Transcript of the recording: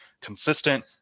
consistent